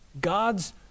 God's